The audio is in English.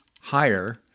higher